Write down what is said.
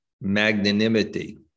magnanimity